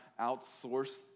outsource